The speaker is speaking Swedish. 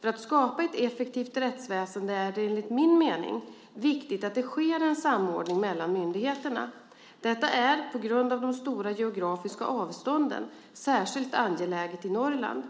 För att skapa ett effektivt rättsväsende är det enligt min mening viktigt att det sker en samordning mellan myndigheterna. Detta är, på grund av de stora geografiska avstånden, särskilt angeläget i Norrland.